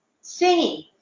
singing